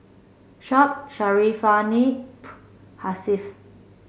Shuib Syarafina Hasif